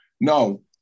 no